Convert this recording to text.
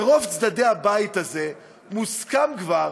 ברוב צדדי הבית הזה, מוסכם כבר